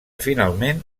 finalment